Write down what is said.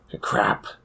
crap